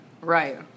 Right